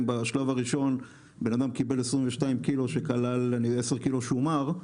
אם בשלב הראשון בן אדם קיבל 22 קילו שכללו 10 קילו שומר,